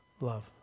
love